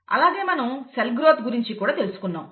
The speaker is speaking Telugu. అలాగే మనం సెల్ గ్రోత్ గురించి కూడా తెలుసుకున్నాం